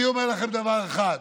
אני אומר לכם דבר אחד,